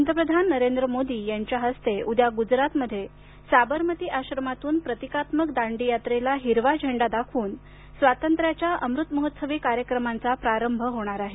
पंतप्रधान नरेंद्र मोदी यांच्या हस्ते उद्या गुजरातमध्ये साबरमती आश्रमातून प्रतिकात्मक दांडीयात्रेला हिरवा झेंडा दाखवून स्वातंत्र्याच्या अमृत महोत्सवी कार्यक्रमांचा प्रारंभ होणार आहे